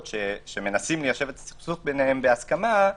שמנסים ליישב את הסכסוך ביניהם בהסכמה,